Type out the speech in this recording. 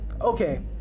okay